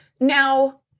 Now